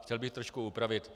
Chtěl bych to trošku upravit.